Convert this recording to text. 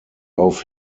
auf